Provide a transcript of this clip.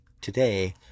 today